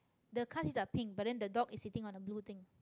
the car seats are pink but then the dog is sitting on a blue thing